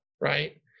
right